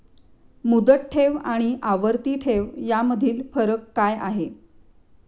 मुदत ठेव आणि आवर्ती ठेव यामधील फरक काय आहे?